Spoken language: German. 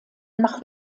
nach